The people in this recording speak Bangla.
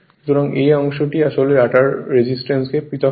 সুতরাং এই অংশটি আসলে রটারের রেজিস্ট্যান্সকে পৃথক করে